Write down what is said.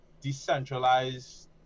decentralized